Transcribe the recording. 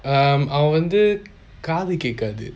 um அவன் வந்து காது கேட்காது:avan vanthu kaathu ketkaadhu